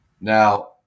Now